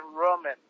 Roman